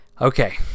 Okay